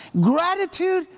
Gratitude